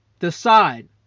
decide